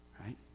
right